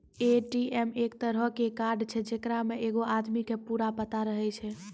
ATM एक तरहो के कार्ड छै जेकरा मे एगो आदमी के पूरा पता रहै छै